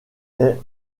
est